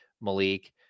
Malik